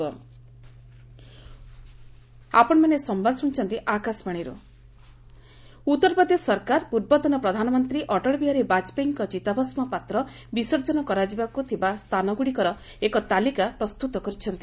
ବାଜପେୟୀ ଆସେସ୍ ଉତ୍ତରପ୍ରଦେଶ ସରକାର ପୂର୍ବତନ ପ୍ରଧାନମନ୍ତ୍ରୀ ଅଟଳ ବିହାରୀ ବାଜପେୟୀଙ୍କ ଚିତାଭସ୍କ ପାତ୍ର ବିସର୍ଜନ କରାଯିବାକୁ ଥବବା ସ୍ଥାନଗୁଡ଼ିକର ଏକ ତାଲିକା ପ୍ରସ୍ତୁତ କରିଛନ୍ତି